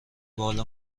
بال